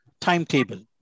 timetable